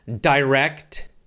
direct